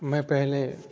میں پہلے